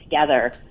together